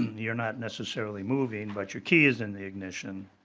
you're not necessarily moving but your key is in the ignition.